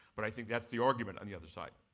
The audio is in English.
but i think that's the argument on the other side.